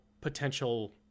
potential